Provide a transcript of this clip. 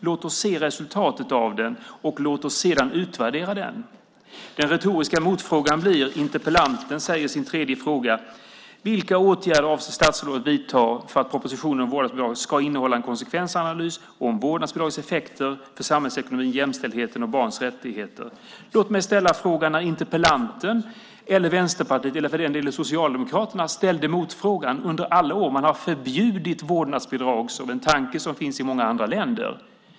Låt oss se resultatet av den, och låt oss sedan utvärdera den! Den retoriska motfrågan kommer. Interpellanten säger i sin tredje fråga: Vilka åtgärder avser statsrådet att vidta för att propositionen om vårdnadsbidraget ska innehålla en konsekvensanalys om vårdnadsbidragets effekter för samhällsekonomin, jämställdheten och barns rättigheter? Låt mig ställa en fråga när interpellanten, Vänsterpartiet eller för den delen Socialdemokraterna ställde motfrågan. Under många år har man förbjudit vårdnadsbidrag, en tanke som finns i många i andra länder.